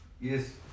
Yes